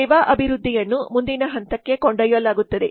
ಸೇವಾ ಅಭಿವೃದ್ಧಿಯನ್ನು ಮುಂದಿನ ಹಂತಕ್ಕೆ ಕೊಂಡೊಯ್ಯಲಾಗುತ್ತದೆ